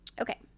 Okay